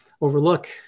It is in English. overlook